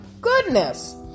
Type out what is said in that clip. goodness